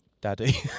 Daddy